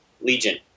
Legion